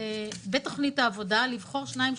בתכנית העבודה לבחור שניים,